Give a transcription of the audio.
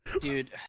Dude